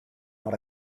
not